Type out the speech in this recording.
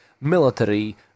military